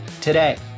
today